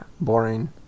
boring